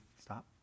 stop